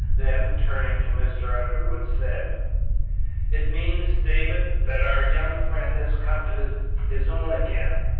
then, turning to mr. underwood, said it means, david, that our young friend has come to his own again.